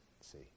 See